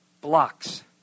blocks